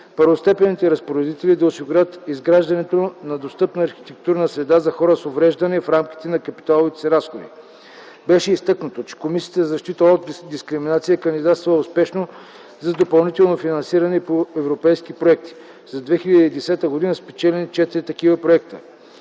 първостепенните разпоредители да осигурят изграждането на достъпна архитектурна среда за хора с увреждания в рамките на капиталовите си разходи. Беше изтъкнато, че Комисията за защита от дискриминация е кандидатствала успешно за допълнително финансиране по европейски проекти. За 2010 г. са спечелили четири такива проекта.